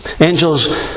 Angels